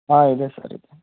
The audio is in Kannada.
ಹಾಂ ಇದೆ ಸರ್ ಇದೆ